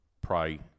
pray